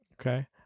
Okay